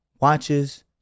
watches